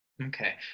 Okay